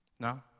No